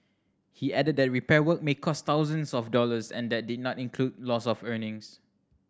he added that repair work may cost thousands of dollars and that did not include loss of earnings